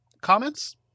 comments